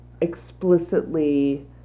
explicitly